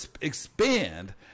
expand